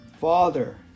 Father